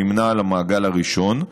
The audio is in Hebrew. נמנה עם המעגל הראשון,